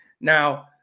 Now